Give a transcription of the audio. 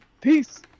Peace